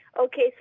Okay